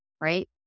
right